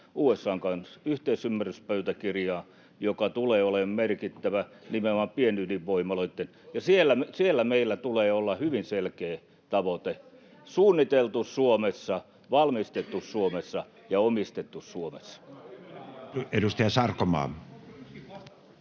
USA:n kanssa yhteisymmärryspöytäkirjaa, joka tulee olemaan merkittävä nimenomaan pienydinvoimaloitten kannalta. Ja niissä meillä tulee olla hyvin selkeä tavoite: suunniteltu Suomessa, valmistettu Suomessa ja omistettu Suomessa. [Speech